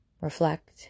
reflect